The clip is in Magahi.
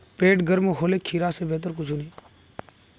पेट गर्म होले खीरा स बेहतर कुछू नी